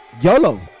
Yolo